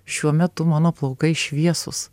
šiuo metu mano plaukai šviesūs